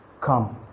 come